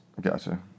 Gotcha